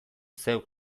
zeuk